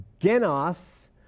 genos